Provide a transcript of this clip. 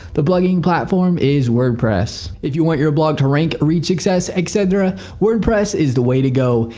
the blogging platform is wordpress. if you want your blog to rank, reach success, etc. wordpress is the way to go.